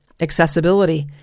Accessibility